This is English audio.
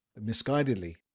misguidedly